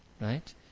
right